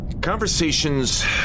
Conversations